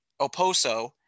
Oposo